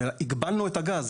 הגבלנו את הגז